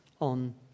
on